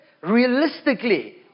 realistically